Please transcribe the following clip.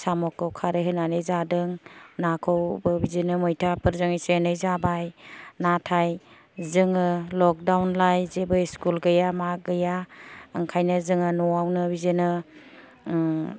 साम'खौ खारै होन्नानै जादों नाखौबो बिदिनो मैथाफोरजों एसे एनै जाबाय नाथाय जोङो लकडाउन लाय जेबो स्कुल गैया मा गैया ओंखायनो जोङो न'आवनो बिदिनो